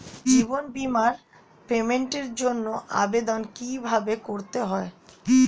জীবন বীমার পেমেন্টের জন্য আবেদন কিভাবে করতে হয়?